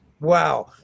Wow